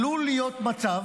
עלול להיות מצב,